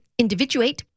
individuate